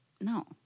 no